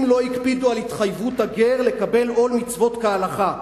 אם לא הקפידו על התחייבות הגר לקבל עול מצוות כהלכה,